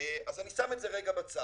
אז אני שם את זה רגע בצד.